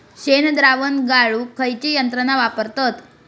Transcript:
शेणद्रावण गाळूक खयची यंत्रणा वापरतत?